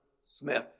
smith